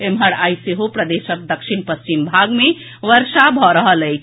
एम्हर आई सेहो प्रदेशक दक्षिण पश्चिम भाग मे वर्षा भऽ रहल अछि